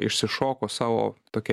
išsišoko savo tokia